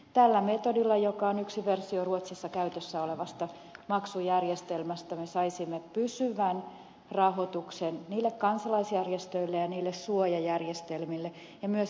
tällä metodilla joka on yksi versio ruotsissa käytössä olevasta maksujärjestelmästä me saisimme pysyvän rahoituksen niille kansalaisjärjestöille ja niille suojajärjestelmille ja myös ed